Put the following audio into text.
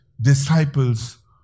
disciples